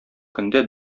көндә